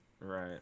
Right